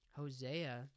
Hosea